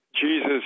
Jesus